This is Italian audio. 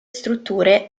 strutture